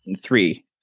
three